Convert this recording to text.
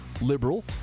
liberal